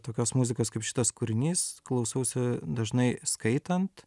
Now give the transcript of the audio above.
tokios muzikos kaip šitas kūrinys klausausi dažnai skaitant